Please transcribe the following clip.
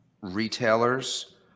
retailers